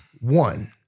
One